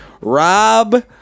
Rob